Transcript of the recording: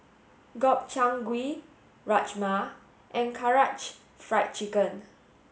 Gobchang Gui Rajma and Karaage Fried Chicken